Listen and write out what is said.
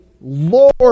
Lord